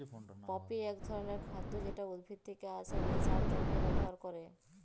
poppy এক ধরণের খাদ্য যেটা উদ্ভিদ থেকে আসে নেশার জন্হে ব্যবহার ক্যরে